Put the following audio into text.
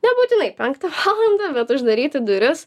nebūtinai penktą valandą bet uždaryti duris